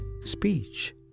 Speech